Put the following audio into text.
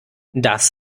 das